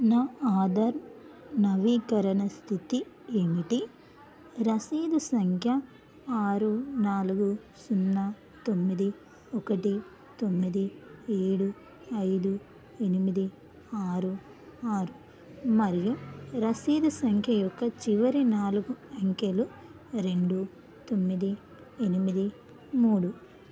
నా ఆధార్ నవీకరణ స్థితి ఏమిటి రసీదు సంఖ్య ఆరు నాలుగు సున్నా తొమ్మిది ఒకటి తొమ్మిది ఏడు ఐదు ఎనిమిది ఆరు ఆరు మరియు రసీదు సంఖ్య యొక్క చివరి నాలుగు అంకెలు రెండు తొమ్మిది ఎనిమిది మూడు